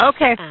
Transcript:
Okay